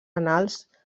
annals